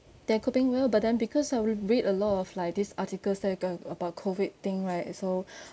they're coping well but then because I r~ read a lot of like this articles that about COVID thing right so